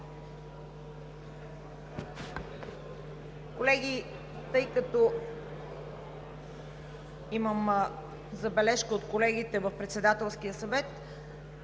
Колеги, тъй като имам забележка от колегите на Председателския съвет,